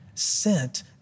sent